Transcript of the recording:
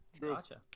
Gotcha